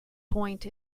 point